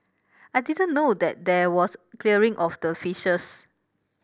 I didn't know that there was clearing of the fishes